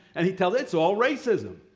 and he tells us it's all racism.